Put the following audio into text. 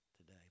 today